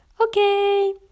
Okay